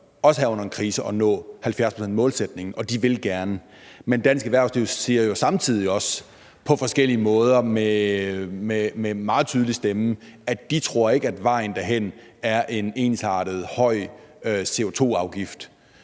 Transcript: også her under en krise, at nå 70-procentsmålsætningen, og de vil gerne. Men dansk erhvervsliv siger jo samtidig på forskellige måder med meget tydelig stemme, at de ikke tror, at vejen derhen er en ensartet, høj CO₂-afgift.